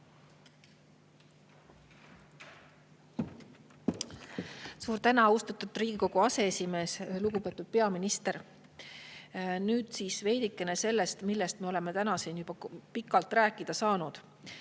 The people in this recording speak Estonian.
Suur tänu, austatud Riigikogu aseesimees! Lugupeetud peaminister! Nüüd siis veidikene sellest, millest me oleme täna siin juba pikalt rääkida saanud.